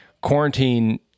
quarantine